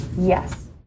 Yes